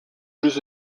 jeux